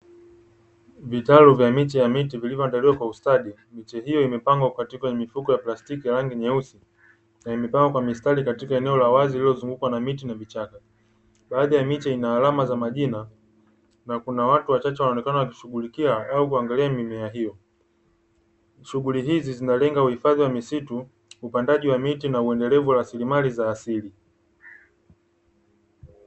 Vitalu vya miche ya miti vilivyoandaliwa kwa ustadi miche hiyo imepangwa katika mifuko ya plastiki rangi nyeusi, na imepangwa kwa mistari katika eneo la wazi lililozungukwa na miti na vichaka, baadhi ya miche ina alama za majina na kuna watu wachache wanaonekana wakishughulikia au kuangalia mimea hiyo shughuli hizi zinalenga uhifadhi wa misitu upandaji wa miti na uendelevu raslimali za asili.